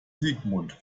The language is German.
sigmund